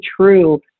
true